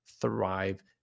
thrive